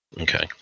Okay